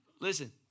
listen